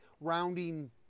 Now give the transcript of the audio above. rounding